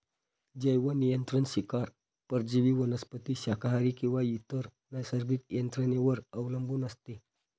जैवनियंत्रण शिकार परजीवी वनस्पती शाकाहारी किंवा इतर नैसर्गिक यंत्रणेवर अवलंबून असते